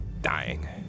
dying